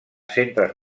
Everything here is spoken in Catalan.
centres